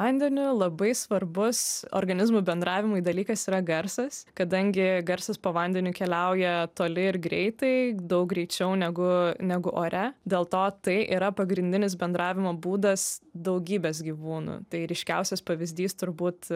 vandeniu labai svarbus organizmų bendravimui dalykas yra garsas kadangi garsas po vandeniu keliauja toli ir greitai daug greičiau negu negu ore dėl to tai yra pagrindinis bendravimo būdas daugybės gyvūnų tai ryškiausias pavyzdys turbūt